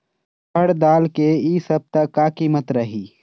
रहड़ दाल के इ सप्ता का कीमत रही?